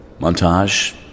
Montage